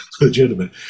legitimate